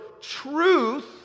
truth